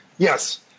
Yes